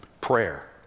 Prayer